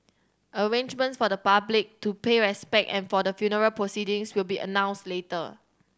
arrangements for the public to pay a respect and for the funeral proceedings will be announce later